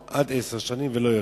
או עד עשר שנים ולא יותר.